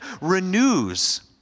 renews